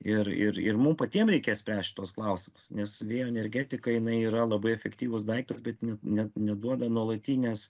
ir ir ir mum patiem reikės spręst šituos klausimus nes vėjo energetika jinai yra labai efektyvus daiktus bet ne neduoda nuolatinės